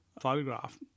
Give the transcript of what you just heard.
photograph